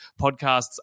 podcasts